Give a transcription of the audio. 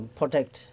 protect